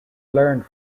learned